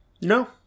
No